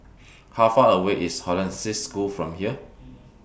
How Far away IS Hollandse School from here